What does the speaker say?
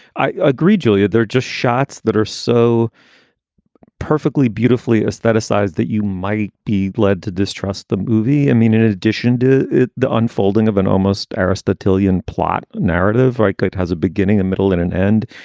i agree, julia. they're just shots that are so perfectly, beautifully ah set aside that you might be led to distrust the movie. i mean, in addition to the unfolding of an almost aristotelian plot narrative like good has a beginning, a middle and an end.